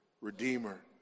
Redeemer